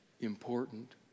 important